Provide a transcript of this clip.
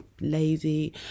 lazy